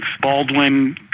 Baldwin